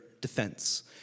defense